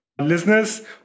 listeners